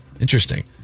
Interesting